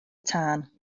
tân